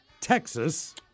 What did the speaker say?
Texas